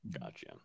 Gotcha